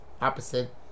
Opposite